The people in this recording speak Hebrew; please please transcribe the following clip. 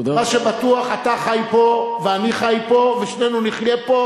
מה שבטוח, אתה חי פה, ואני חי פה, ושנינו נחיה פה